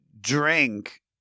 drink